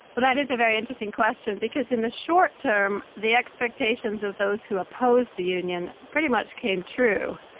but that is a very interesting question, because in the short term, the expectations of those who opposed the union pretty much came true.